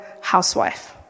housewife